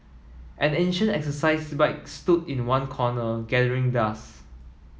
an ancient exercise bike stood in one corner gathering dust